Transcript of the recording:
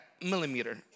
millimeter